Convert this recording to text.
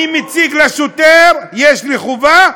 אני מציג לשוטר, יש לי חובה,